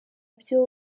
byo